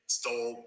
stole